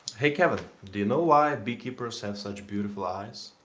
hey kevin, do you know why beekeepers have such beautiful eyes?